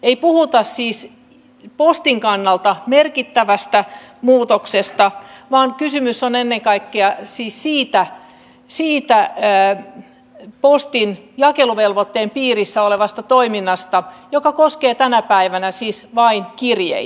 ei siis puhuta postin kannalta merkittävästä muutoksesta vaan kysymys on ennen kaikkea siitä postin jakeluvelvoitteen piirissä olevasta toiminnasta joka koskee tänä päivänä vain kirjeitä